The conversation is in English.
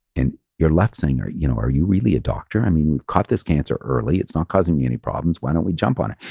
and you're left saying, are you know are you really a doctor? i mean, we've caught this cancer early. it's not causing me any problems. why don't we jump on it?